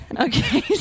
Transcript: Okay